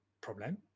problem